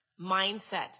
mindset